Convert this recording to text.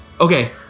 Okay